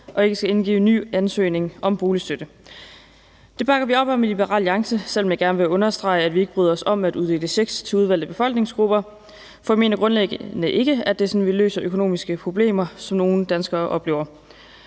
ikke skal indgive en ny ansøgning om boligstøtte. Det bakker vi op om i Liberal Alliance, selv om jeg gerne vil understrege, at vi ikke bryder os om at udskrive checks til udvalgte befolkningsgrupper. For vi mener grundlæggende ikke, at det er sådan, vi løser de økonomiske problemer, som nogle danskere oplever.